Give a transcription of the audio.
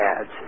ads